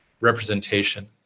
representation